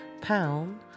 Pound